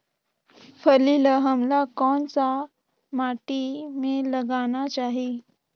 फल्ली ल हमला कौन सा माटी मे लगाना चाही?